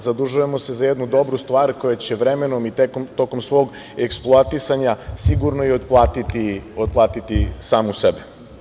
Zadužujemo se za jednu dobru stvar koja će vremenom i tokom svog eksploatisanja sigurno i otplatiti samu sebe.